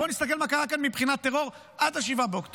בוא נסתכל מה קרה כאן מבחינת טרור עד 7 באוקטובר.